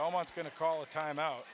almost going to call a timeout